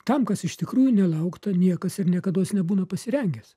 tam kas iš tikrųjų nelaukta niekas ir niekados nebūna pasirengęs